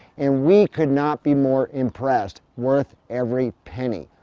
and we could not be more impressed. worth every penny.